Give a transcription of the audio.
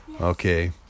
Okay